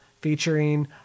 featuring